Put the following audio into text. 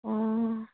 অঁ